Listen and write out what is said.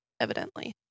evidently